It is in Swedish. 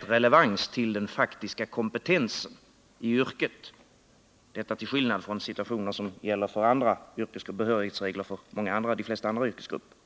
relevans till den faktiska kompetensen i yrket, detta till skillnad från de behörighetsregler som gäller för de flesta andra yrkesgrupper.